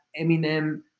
Eminem